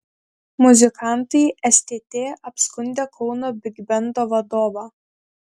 muzikantai stt apskundė kauno bigbendo vadovą